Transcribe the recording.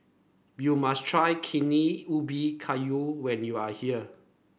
you must try Kuih Ubi Kayu when you are here